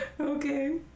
Okay